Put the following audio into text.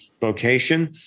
vocation